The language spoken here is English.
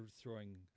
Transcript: throwing